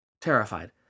Terrified